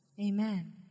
Amen